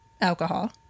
alcohol